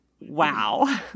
wow